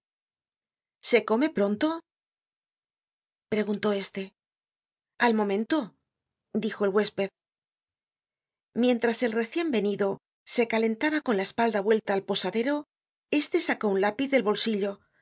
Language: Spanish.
se come pronto preguntó este al momento dijo el huésped mientras el recien venido se calentaba con la espalda vuelta al posadero este sacó un lápiz del bolsillo